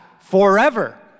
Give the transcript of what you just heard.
forever